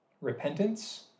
repentance